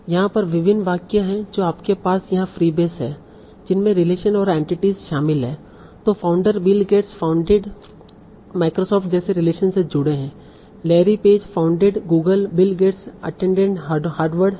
यहाँ पर विभिन्न वाक्य हैं और आपके पास यहाँ फ्रीबेस हैं जिनमें रिलेशन और एंटिटीस शामिल हैं जो founder Bill Gates founded Microsoft जैसे रिलेशन से जुड़े हैं Larry Page founded Google Bill Gates attended Harvard है